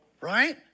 Right